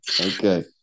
Okay